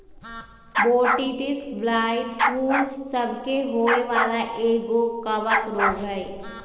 Botrytis blight फूल सभ के होय वला एगो कवक रोग हइ